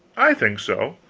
i think so.